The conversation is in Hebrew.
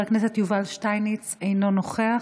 חבר הכנסת יובל שטייניץ, אינו נוכח.